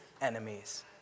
enemies